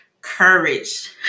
courage